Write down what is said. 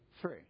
Three